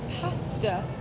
pasta